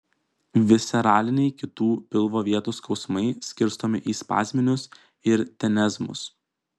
visceraliniai kitų pilvo vietų skausmai skirstomi į spazminius ir tenezmus